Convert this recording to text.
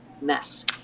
mess